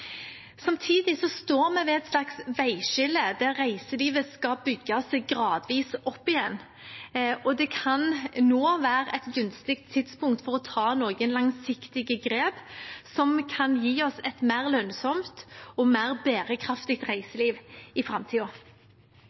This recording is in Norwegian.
Samtidig står vi ved et slags veiskille der reiselivet skal bygge seg gradvis opp igjen, og det kan nå være et gunstig tidspunkt for å ta noen langsiktige grep som kan gi oss et mer lønnsomt og bærekraftig reiseliv i